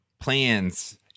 plans